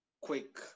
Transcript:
quick